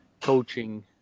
coaching